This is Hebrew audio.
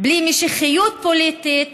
בלי משיחיות פוליטית,